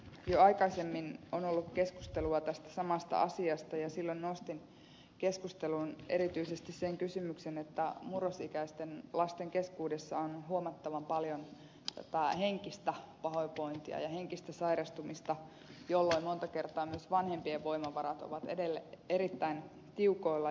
jo aikaisemmin on ollut keskustelua tästä samasta asiasta ja silloin nostin keskusteluun erityisesti sen kysymyksen että murrosikäisten lasten keskuudessa on huomattavan paljon henkistä pahoinvointia ja henkistä sairastumista jolloin monta kertaa myös vanhempien voimavarat ovat erittäin tiukoilla